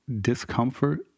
discomfort